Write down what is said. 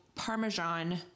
Parmesan